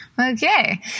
Okay